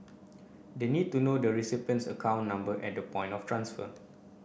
they need to know the recipient's account number at the point of transfer